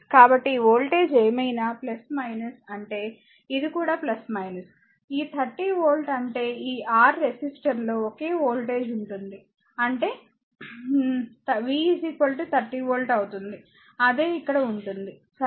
కాబట్టి ఈ వోల్టేజ్ ఏమైనా అంటే ఇది కూడా ఈ 30 వోల్ట్ అంటే ఈ R రెసిస్టర్లో ఒకే వోల్టేజ్ ఉంటుంది అంటే నా v 30 వోల్ట్ అవుతుంది అదే ఇక్కడ ఉంటుందిసరే